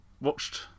watched